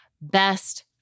best